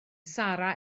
sarra